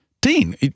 Dean